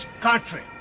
country